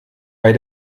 bei